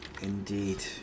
Indeed